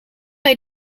bij